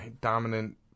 dominant